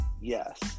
Yes